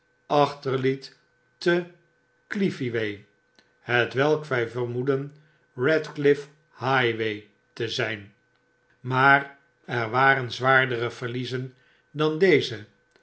achterliet te cleefeeway hetwelk wy vermoeden ratcliff highway te zyn maar er waren zwaardere verliezen dan deze